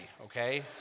okay